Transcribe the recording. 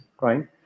right